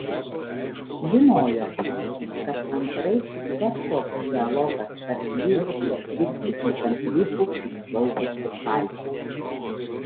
žinojo kad antraip bet koks dialogas tarp jų įstrigtų lyg ant rifų užplaukusi valtis